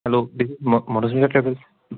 hello this is um Madhusmita travels